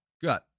Good